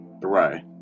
right